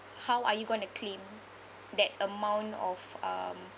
how are you going to claim that amount of um